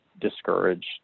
discouraged